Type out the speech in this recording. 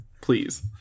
Please